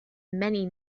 many